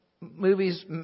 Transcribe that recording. movies